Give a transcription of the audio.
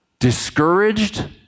discouraged